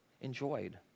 enjoyed